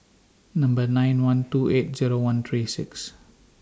nine one two eight Zero one three six